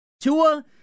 Tua